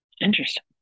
interesting